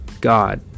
God